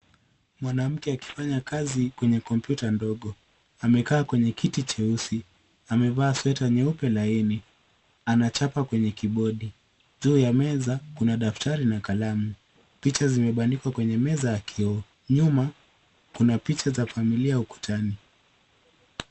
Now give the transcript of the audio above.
Mwanamke akifanya kazi kwenye kompyuta ndogo, amekaa kwenye kiti cheusi, amevaa sweta nyeupe laini, anachapa kwenye kibodi. Juu ya meza kuna daftari na kalamu. Picha zimebandikwa kwenye meza ya kioo. Nyuma kuna picha za familia ukutani.